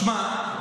משמע,